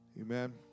Amen